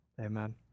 amen